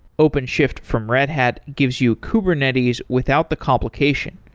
openshift from red hat gives you kubernetes without the complication.